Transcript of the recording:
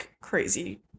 crazy